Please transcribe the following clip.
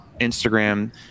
Instagram